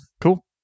Cool